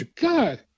god